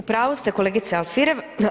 U pravu ste kolegice Alfirev.